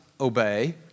obey